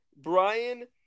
Brian